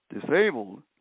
disabled